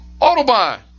Autobahn